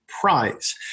Prize